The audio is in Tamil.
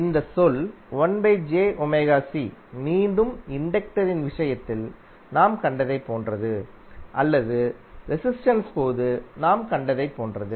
இந்த சொல் மீண்டும் இண்டக்டரின் விஷயத்தில் நாம் கண்டதைப் போன்றது அல்லது ரெசிஸ்டென்ஸ் போது நாம் கண்டதைப் போன்றது